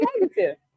negative